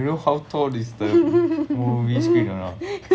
you know how tall is the movie screen or not